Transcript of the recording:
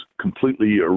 completely